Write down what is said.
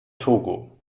togo